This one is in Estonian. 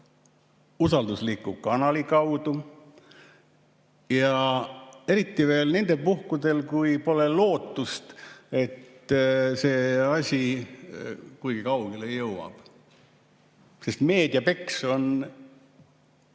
usaldusliku kanali kaudu, ja eriti veel nendel puhkudel, kui pole lootust, et see asi kuigi kaugele jõuab. Sest meediapeks on